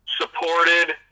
supported